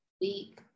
week